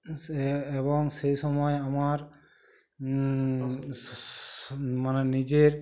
সে এবং সে সময় আমার মানে নিজের